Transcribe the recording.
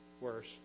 worse